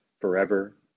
forever